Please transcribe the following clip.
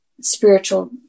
spiritual